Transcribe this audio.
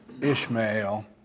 Ishmael